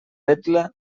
vetla